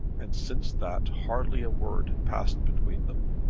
and since that hardly a word had passed between them.